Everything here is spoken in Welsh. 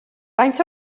faint